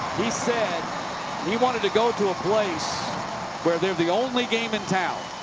he said he wanted to go to a place where they're the only game in town.